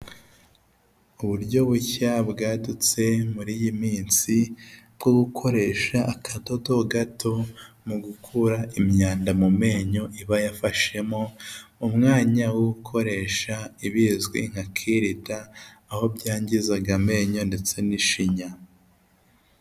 Uburyo bushya bwadutse muri iyi minsi bwo gukoresha akadodo gato mu gukura imyanda mu menyo iba yafashemo mu mwanya wo gukoresha ibizwi nka kirida aho byangizaga amenyo ndetse n'ishinya.